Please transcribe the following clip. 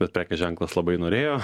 bet prekės ženklas labai norėjo